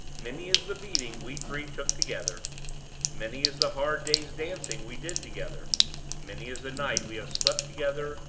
many is the beating we three took together many is the hard day's dancing we did together many is the night we have slept together,